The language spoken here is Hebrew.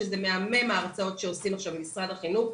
שזה מהמם ההרצאות שעושים עכשיו במשרד החינוך.